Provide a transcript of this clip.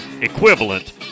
equivalent